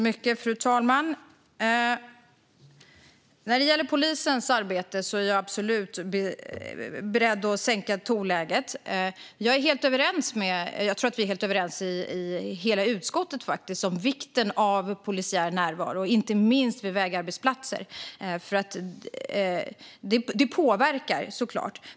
Fru talman! När det gäller polisens arbete är jag absolut beredd att sänka tonläget. Jag tror att vi är helt överens i utskottet om vikten av polisiär närvaro, inte minst vid vägarbetsplatser, för det påverkar såklart.